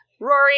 Rory